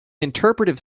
interpretive